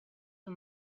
you